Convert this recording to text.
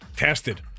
Tested